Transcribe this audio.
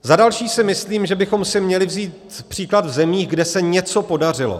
Za další si myslím, že bychom si měli vzít příklad ze zemí, kde se něco podařilo.